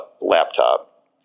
laptop